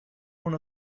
one